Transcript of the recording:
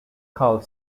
called